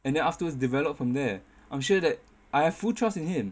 and then afterwards develop from there I'm sure that I have full trust in him